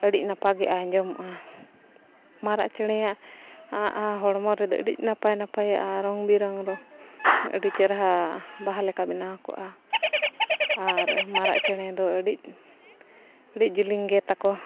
ᱟᱹᱰᱤ ᱱᱟᱯᱟᱭᱜᱮ ᱟᱸᱡᱚᱢᱚᱜᱼᱟ ᱢᱟᱨᱟᱜ ᱪᱮᱬᱮᱭᱟᱜ ᱦᱚᱲᱢᱚ ᱨᱮᱫᱚ ᱟᱹᱰᱤ ᱱᱟᱯᱟᱭ ᱱᱟᱯᱟᱭᱟᱜᱼᱟ ᱨᱚᱝ ᱵᱤᱨᱚᱝ ᱟᱹᱰᱤ ᱪᱮᱦᱨᱟ ᱵᱟᱦᱟ ᱞᱮᱠᱟ ᱵᱮᱱᱟᱣ ᱠᱚᱜᱼᱟ ᱟᱨ ᱢᱟᱨᱟᱜ ᱪᱮᱬᱮ ᱫᱚ ᱟᱹᱰᱤ ᱟᱹᱰᱤ ᱡᱮᱞᱮᱧ ᱜᱮ ᱛᱟᱠᱚ